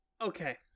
Okay